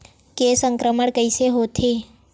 के संक्रमण कइसे होथे?